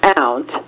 out